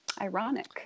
Ironic